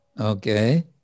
Okay